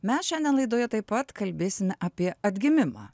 mes šiandien laidoje taip pat kalbėsime apie atgimimą